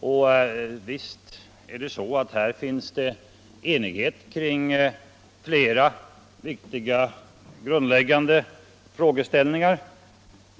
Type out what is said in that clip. Och visst råder enighet kring flera viktiga grundläggande frågor.